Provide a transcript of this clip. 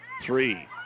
three